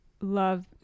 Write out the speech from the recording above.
love